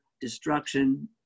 destruction